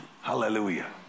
Hallelujah